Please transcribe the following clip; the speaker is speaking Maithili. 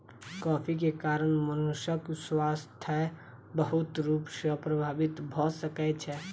कॉफ़ी के कारण मनुषक स्वास्थ्य बहुत रूप सॅ प्रभावित भ सकै छै